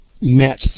met